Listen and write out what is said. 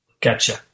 Gotcha